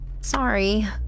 Sorry